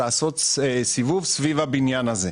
כדי לעשות סיבוב סביב הבניין הזה.